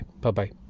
Bye-bye